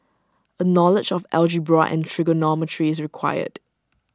A knowledge of algebra and trigonometry is required